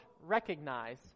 recognize